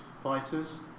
fighters